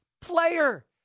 player